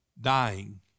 dying